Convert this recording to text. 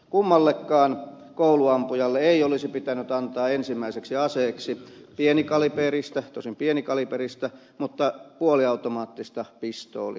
kummallekaan kouluampujalle ei olisi pitänyt antaa ensimmäiseksi aseeksi pienikaliiperista tosin pienikaliiperista mutta puoliautomaattista pistoolia